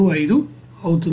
35 అవుతుంది